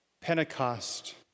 Pentecost